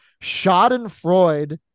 schadenfreude